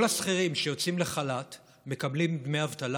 השכירים שיוצאים לחל"ת מקבלים דמי אבטלה,